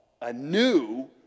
anew